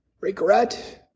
regret